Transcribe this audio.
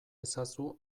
ezazu